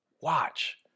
watch